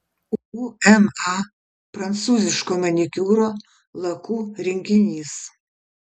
uma prancūziško manikiūro lakų rinkinys